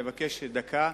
לבקש דקה,